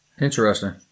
interesting